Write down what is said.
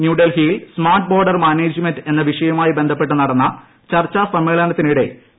ന്യൂഡൽഹിയിൽ smart border management എന്നീ വിഷയവുമായി ബന്ധപ്പെട്ട് നടന്ന ചർച്ചാസമ്മേളനത്തിനിട്ടി